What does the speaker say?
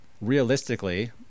realistically